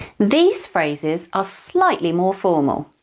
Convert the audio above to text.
these phrases are slightly more formal.